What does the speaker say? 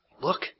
look